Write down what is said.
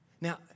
Now